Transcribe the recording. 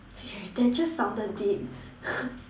that just sounded deep